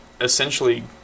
essentially